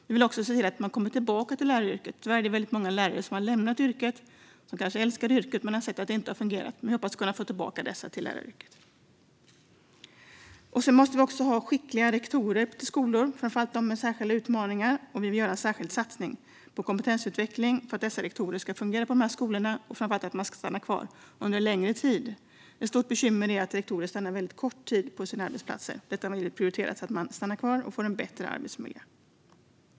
Vi vill också se till att man kommer tillbaka till läraryrket. Tyvärr är det väldigt många lärare som har lämnat yrket, som kanske älskat yrket men sett att det inte har fungerat. Vi hoppas kunna få tillbaka dessa till läraryrket. Vi måste också ha skickliga rektorer till skolorna, framför allt skolor med särskilda utmaningar. Vi vill göra en särskild satsning på kompetensutveckling för att dessa rektorer ska fungera på de här skolorna och framför allt stanna kvar under en längre tid. Ett stort bekymmer är att rektorer stannar väldigt kort tid på sina arbetsplatser. Detta vill vi prioritera så att de stannar kvar och får en bättre arbetsmiljö.